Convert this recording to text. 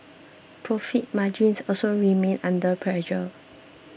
profit margins also remained under pressure